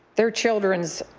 their childrens'